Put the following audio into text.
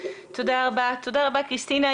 תודה רבה, כריסטינה.